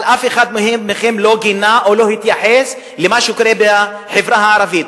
אבל אף אחד מכם לא גינה או לא התייחס למה שקורה בחברה הערבית.